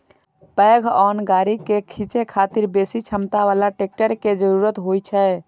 पैघ अन्न गाड़ी कें खींचै खातिर बेसी क्षमता बला ट्रैक्टर के जरूरत होइ छै